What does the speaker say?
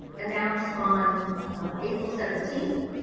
announced on april seventeenth,